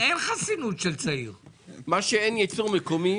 אם זה היה בסדר הייתי תומך